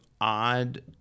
odd